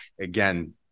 again